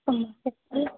कौन से फूल